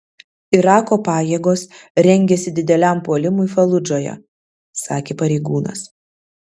irako pajėgos rengiasi dideliam puolimui faludžoje sakė pareigūnas